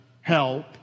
help